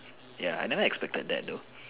ya I never expected that though